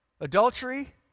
Adultery